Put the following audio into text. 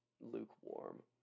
Lukewarm